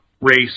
race